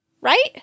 Right